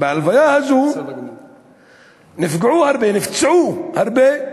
בהלוויה הזאת נפגעו הרבה, נפצעו הרבה,